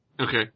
Okay